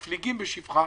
נמצאת?